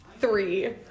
Three